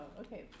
okay